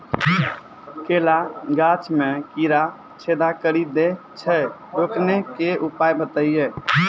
केला गाछ मे कीड़ा छेदा कड़ी दे छ रोकने के उपाय बताइए?